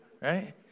Right